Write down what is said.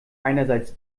einerseits